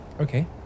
Okay